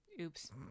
Oops